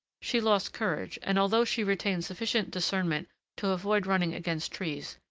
she lost courage, and although she retained sufficient discernment to avoid running against trees,